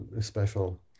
special